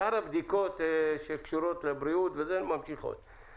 שאר הבדיקות שקשורות לבריאות ממשיכות כרגיל.